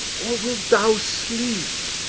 or wilt thou sleep?